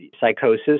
psychosis